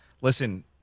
listen